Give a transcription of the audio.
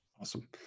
Awesome